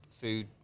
food